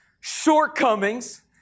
shortcomings